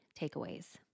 takeaways